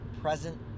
present